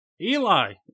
eli